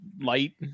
light